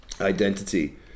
identity